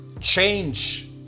change